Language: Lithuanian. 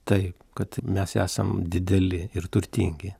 taip kad mes esam dideli ir turtingi